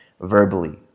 verbally